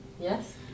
Yes